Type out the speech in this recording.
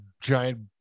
giant